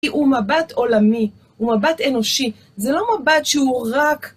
הוא מבט עולמי, הוא מבט אנושי, זה לא מבט שהוא רק...